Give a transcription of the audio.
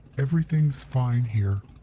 everything's fine here.